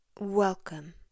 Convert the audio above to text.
Welcome